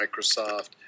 Microsoft